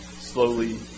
slowly